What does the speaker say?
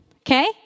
Okay